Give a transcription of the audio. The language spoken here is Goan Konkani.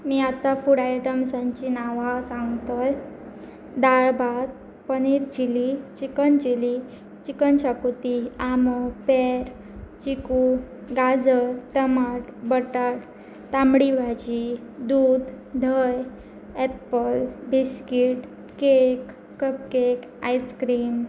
मी आतां फूड आयटम्सांचीं नांवां सांगत दाळ भात paneer chili chicken chili chicken शाकोती आंबो पेर चिकू गाजर टमाट बटा तांबडी भाजी दूद धय apple biscuit cake cupcake ice cream